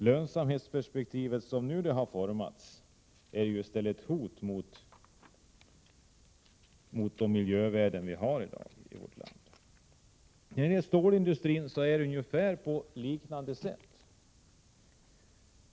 Lönsamhetsperspektivet, som det nu har formats, är i stället ett hot mot de miljövärden som i dag finns i vårt land. Det är ungefär på liknande sätt med stålindustrin.